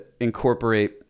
incorporate